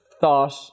thought